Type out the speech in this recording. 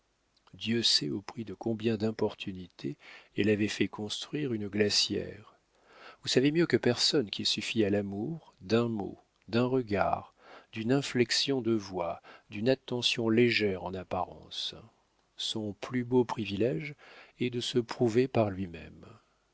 dieu sait au prix de combien d'importunités elle avait fait construire une glacière vous savez mieux que personne qu'il suffit à l'amour d'un mot d'un regard d'une inflexion de voix d'une attention légère en apparence son plus beau privilége est de se prouver par lui-même